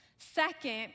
Second